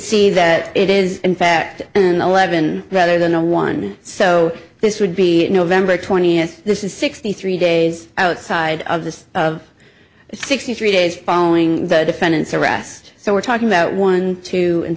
see that it is in fact an eleven rather than a one so this would be november twentieth this is sixty three days outside of the of sixty three days following the defendant's arrest so we're talking about one to